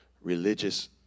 religious